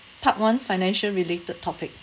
part one financial related topic